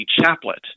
Chaplet